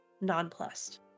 nonplussed